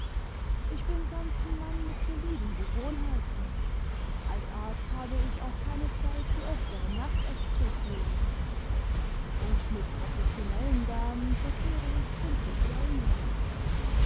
ich bm sonst n mann mit soliden gewohnheiten als arzt habe ich auch keine zeit zu öfteren nachtexkursionen und mit professionellen damen verkehre ich prinzipiell nicht